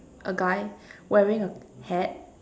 a guy wearing a hat